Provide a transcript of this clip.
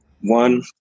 one